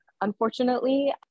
unfortunately